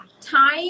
time